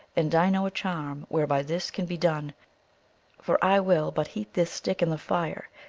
and i know a charm whereby this can be done for i will but heat this stick in the fire,